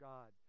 God